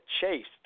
chased